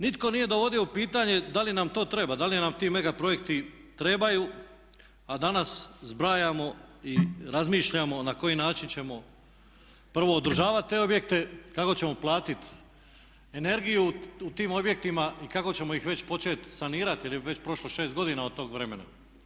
Nitko nije dovodio u pitanje da li nam to treba, da li nam ti mega projekti trebaju, a danas zbrajamo i razmišljamo na koji način ćemo prvo održavat te objekte, kako ćemo platit energiju u tim objektima i kako ćemo ih već počet sanirati jer je već prošlo 6 godina od tog vremena.